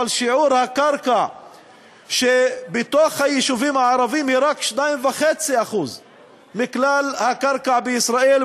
אבל שיעור הקרקע שבתוך היישובים הערביים הוא רק 2.5% מכלל הקרקע בישראל,